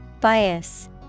Bias